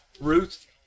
Ruth